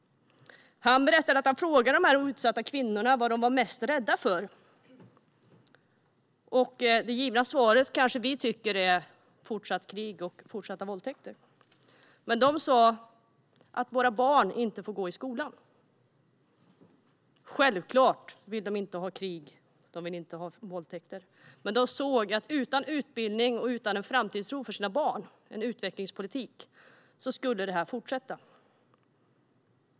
Han berättade att man hade frågat dessa utsatta kvinnor vad de var mest rädda för. Vi tycker kanske att det givna svaret är: Fortsatt krig och fortsatta våldtäkter. Men de sa: Att våra barn inte får gå i skolan. Självklart vill de inte ha krig eller våldtäkter, men de såg att utan utbildning och framtidstro för barnen - en utvecklingspolitik - skulle allt detta fortsätta.